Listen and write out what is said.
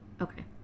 okay